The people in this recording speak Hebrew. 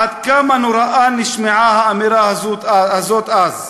כמה נוראה נשמעה האמירה הזאת אז,